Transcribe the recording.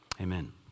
amen